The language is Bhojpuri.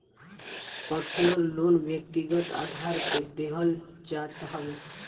पर्सनल लोन व्यक्तिगत आधार पे देहल जात हवे